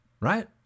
right